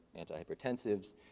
antihypertensives